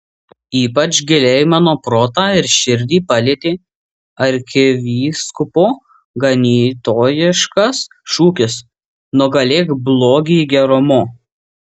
ypač giliai mano protą ir širdį palietė arkivyskupo ganytojiškas šūkis nugalėk blogį gerumu